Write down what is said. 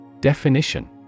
Definition